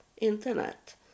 internet